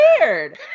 weird